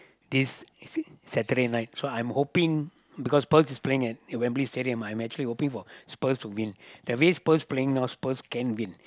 this is it Saturday night so I am hoping because Spurs is playing at Wembley-Stadium I'm actually hoping for Spurs to win that means Spurs playing now Spurs can win